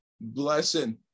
blessing